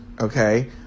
Okay